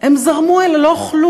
הם זרמו אל לא כלום.